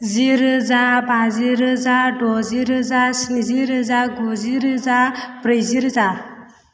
जि रोजा बाजि रोजा दजि रोजा स्निजि रोजा गुजि रोजा ब्रैजि रोजा